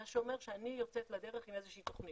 מה שאומר שאני יוצאת לדרך עם איזה שהיא תוכנית.